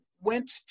went